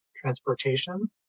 Transportation